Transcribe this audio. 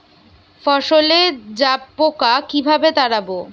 ফসলে জাবপোকা কিভাবে তাড়াব?